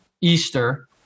Easter